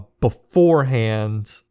beforehand